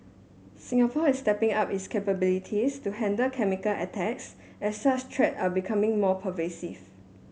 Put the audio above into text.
Singapore is stepping up its capabilities to handle chemical attacks as such threat are becoming more pervasive